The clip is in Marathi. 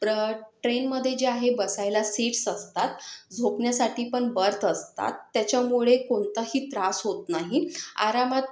परत ट्रेनमध्ये जे आहे बसायला सीट्स असतात झोपण्यासाठी पण बर्थ असतात त्याच्यामुळे कोणताही त्रास होत नाही आरामात